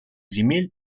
земель